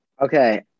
Okay